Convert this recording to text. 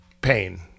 pain